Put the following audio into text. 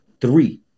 Three